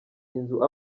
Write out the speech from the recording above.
inzu